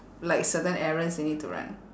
like certain errands they need to run